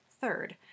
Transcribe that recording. Third